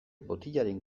botilaren